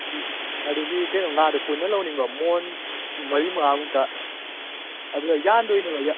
ꯑꯗꯨꯒꯤ ꯑꯗꯨꯒꯤ ꯀꯩꯅꯣ ꯉꯥꯗꯣ ꯄꯨꯟꯅ ꯂꯧꯅꯤꯡꯕ ꯃꯣꯟ ꯃꯔꯤ ꯃꯉꯥꯃꯨꯛꯇ ꯑꯗꯨꯗ ꯌꯥꯟꯗꯣꯏꯅꯦꯕ ꯌꯥ